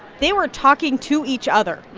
they were talking to each other.